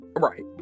Right